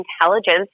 intelligence